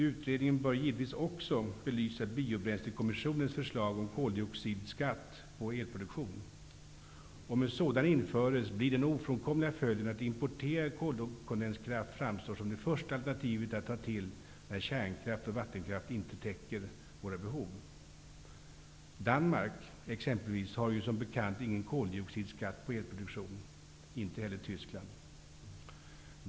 Utredningen bör givetvis också belysa biobränslekomissionens förslag om koldioxidskatt på elproduktion. Om en sådan införes, blir den ofrånkomliga följden att importerad kolkondenskraft framstår som det första alternativet att ta till när kärnkraft och vattenkraft inte täcker våra behov. Danmark t.ex. har ju som bekant ingen koldioxidskatt på elproduktion, vilket inte heller Tyskland har.